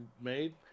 made